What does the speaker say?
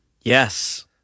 Yes